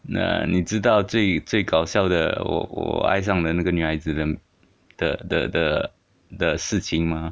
那你知道最最搞笑的我我爱上的那个女孩子的的的的的事情吗